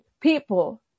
people